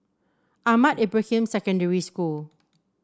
Ahmad Ibrahim Secondary School